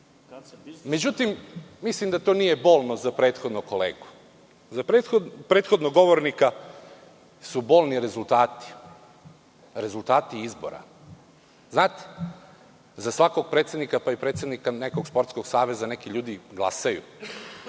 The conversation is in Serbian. Đilas.Međutim, mislim da to nije bolno za prethodnog kolegu. Za prethodnog govornika su bolni rezultati. Rezultati izbora. Znate, za svakog predsednika, pa i predsednika nekog sportskog saveza neki ljudi glasaju,